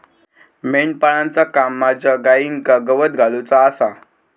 मेंढपाळाचा काम माझ्या गाईंका गवत घालुचा आसा